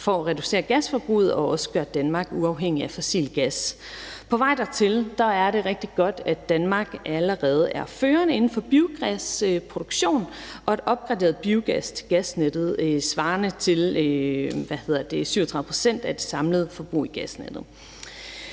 for at reducere gasforbruget og også at gøre Danmark uafhængigt af fossil gas. På vejen dertil er det rigtig godt, at Danmark allerede er førende inden for biogasproduktion og en opgraderet biogas til gasnettet svarende til 37 pct. af det samlede forbrug i gasnettet.